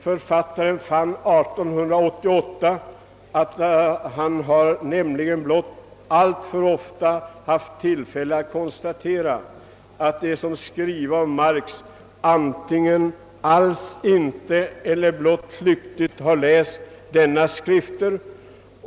Författaren fann att han »blott allt för ofta haft tillfälle att konstatera att de, som skriva om Marx, antingen alls icke eller blott flyktigt hava läst dennes skrifter.